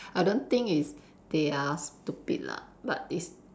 I don't think it's they are stupid lah but it's